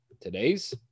today's